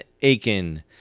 Aiken